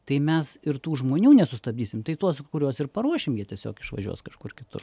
tai mes ir tų žmonių nesustabdysim tai tuos kuriuos ir paruošim jie tiesiog išvažiuos kažkur kitur